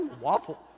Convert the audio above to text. waffle